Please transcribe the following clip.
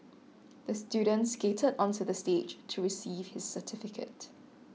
the student skated onto the stage to receive his certificate